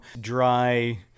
dry